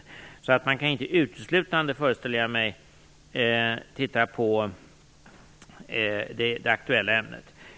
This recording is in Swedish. Jag föreställer mig att man inte uteslutande kan titta på det aktuella ämnet.